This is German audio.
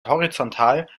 horizontal